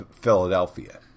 Philadelphia